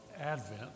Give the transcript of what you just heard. Advent